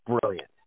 brilliant